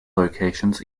locations